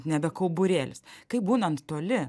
nebe kauburėlis kaip būnant toli